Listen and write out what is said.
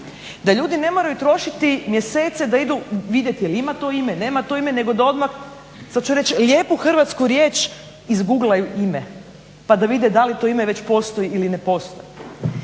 da ljudi ne moraju trošiti mjesece da idu vidjeti je li to ima ime, nema to ime, nego da odmah sad ću reći lijepu hrvatsku riječ izguglaju ime pa da vide da li to ime već postoji ili ne postoji